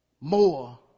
more